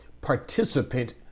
participant